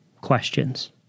questions